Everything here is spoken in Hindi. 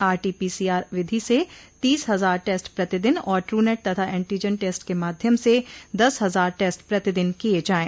आरटीपीसीआर विधि से तीस हजार टेस्ट प्रतिदिन और ट्रनेट तथा एनटीजन टेस्ट के माध्यम से दस हजार टेस्ट प्रतिदिन किये जाये